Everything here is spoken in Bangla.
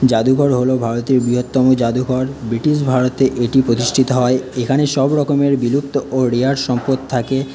জাদুঘর হল ভারতের বৃহত্তম জাদুঘর ব্রিটিশ ভারতে এটি প্রতিষ্ঠিত হয় এখানে সবরকমের বিলুপ্ত ও রেয়ার সম্পদ থাকে